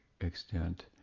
extent